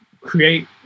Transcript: create